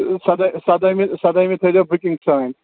سَدٲے سدہٲیمہِ سدہٲیمہِ تھٲیزیو بُکِنٛگ سٲنۍ